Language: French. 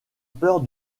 peur